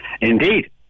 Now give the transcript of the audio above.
Indeed